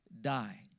die